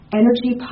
energy